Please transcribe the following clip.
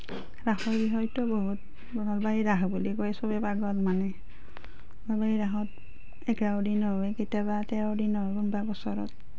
ৰাসৰ বিষয়েতো বহুত নলবাৰীৰ ৰাস বুলি কৈ সবে পাগল মানে নলবাৰী ৰাসত এঘাৰ দিনো হয় কেতিয়াবা তেৰ দিনো হয় কোনোবা বছৰত